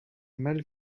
mal